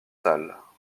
salles